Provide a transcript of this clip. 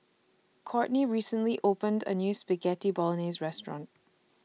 Courtney recently opened A New Spaghetti Bolognese Restaurant